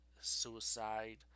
suicide